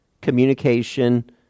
communication